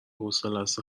حوصلست